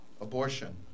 Abortion